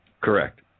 Correct